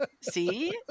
See